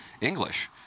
English